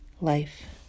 Life